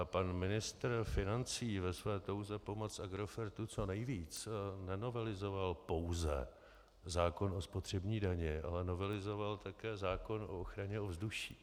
Pan ministr financí ve své touze pomoci Agrofertu co nejvíc nenovelizoval pouze zákon o spotřební dani, ale novelizoval také zákon o ochraně ovzduší.